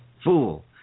Fool